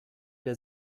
der